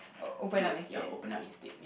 to ya open up instead